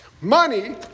Money